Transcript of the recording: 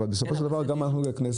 אבל בסופו של דבר גם אנחנו ככנסת.